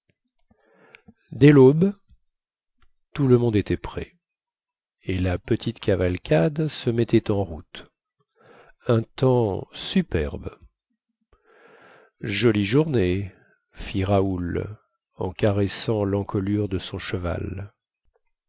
dès laube tout le monde était prêt et la petite cavalcade se mettait en route un temps superbe jolie journée fit raoul en caressant lencolure de son cheval